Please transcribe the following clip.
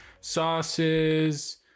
sauces